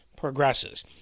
Progresses